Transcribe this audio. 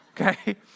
okay